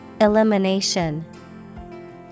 Elimination